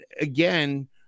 again